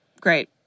Great